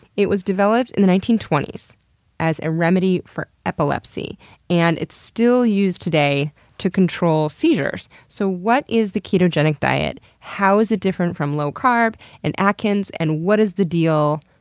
it was developed in the nineteen twenty s as a remedy for epilepsy and it's still used today to control seizures. so, what is the ketogenic diet, how is it different from low carb and atkins, and what is the deal?